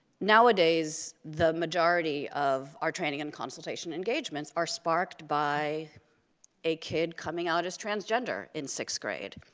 nowadays, the majority of our training and consultation engagements are sparked by a kid coming out as transgender in sixth grade,